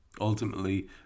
Ultimately